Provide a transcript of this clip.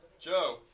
Joe